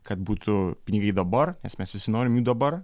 kad būtų pinigai dabar nes mes visi norim jų dabar